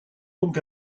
donc